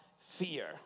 fear